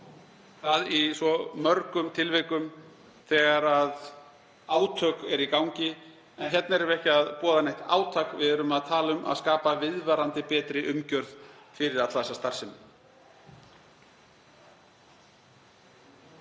það í svo mörgum tilvikum þegar átök eru í gangi en hér erum við ekki að boða neitt átak, við erum að tala um að skapa viðvarandi betri umgjörð fyrir alla þessa starfsemi.